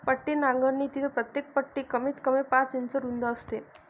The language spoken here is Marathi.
पट्टी नांगरणीतील प्रत्येक पट्टी कमीतकमी पाच इंच रुंद असते